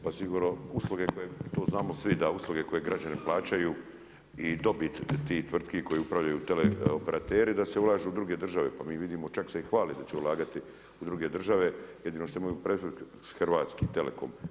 Pa sigurno usluge, to znamo svi da usluge koje građani plaćaju i dobit tih tvrtki koje upravljaju teleoperateri da se ulažu u druge države pa mi vidimo, čak se i hvali da će ulagati u druge države, jedino što imaju prednost Hrvatski telekom.